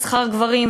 משכר גברים,